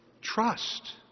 trust